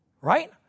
Right